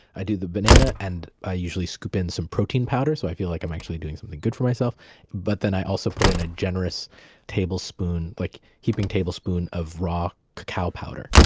i do the banana and i usually scoop in some protein powder, so i feel like i'm actually doing something good for myself but then i also put in a generous tablespoon, like a heaping tablespoon of raw cacao powder.